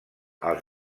els